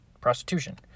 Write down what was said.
prostitution